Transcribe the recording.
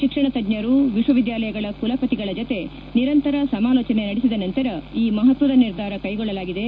ಶಿಕ್ಷಣ ತಜ್ಞರು ವಿಶ್ವ ವಿದ್ಯಾಲಯಗಳ ಕುಲಪತಿಗಳ ಜತೆ ನಿರಂತರ ಸಮಾಲೋಚನೆ ನೆಡಸಿದ ನಂತರ ಈ ಮಹತ್ತದ ನಿರ್ಧಾರ ಕೈಗೊಳ್ಳಲಾಘಿದೆ